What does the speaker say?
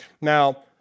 Now